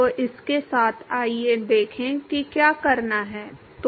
तो इसके साथ आइए देखें कि क्या करना है